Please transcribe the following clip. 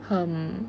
hmm